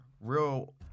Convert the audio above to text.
Real